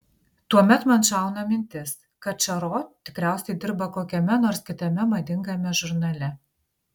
tuomet man šauna mintis kad čaro tikriausiai dirba kokiame nors kitame madingame žurnale